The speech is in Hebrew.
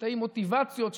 שתי מוטיבציות,